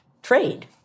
trade